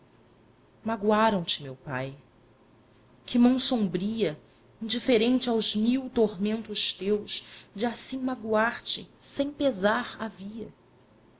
horrores magoaram te meu pai que mão sombria indiferente aos mil tormentos teus de assim magoar te sem pesar havia